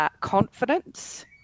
Confidence